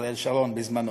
אריאל שרון בזמנו.